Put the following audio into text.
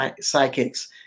psychics